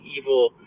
evil